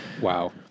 Wow